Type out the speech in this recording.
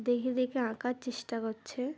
দেখে দেখে আঁকার চেষ্টা করছে